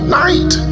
night